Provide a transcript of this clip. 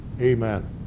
Amen